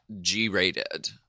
G-rated